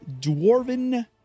dwarven